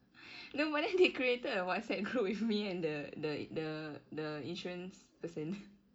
no but then they created a whatsapp group with me and the the the the insurance person